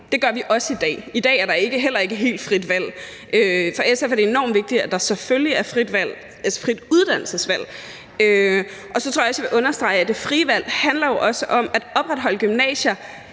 Det gør vi også i dag. I dag er der heller ikke helt frit valg. For SF er det enormt vigtigt, at der selvfølgelig er et frit uddannelsesvalg. Og så tror jeg, jeg vil understrege, at det frie valg også handler om at opretholde gymnasier